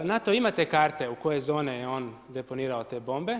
NATO ima te karte u koje zone je on deponirao te bombe.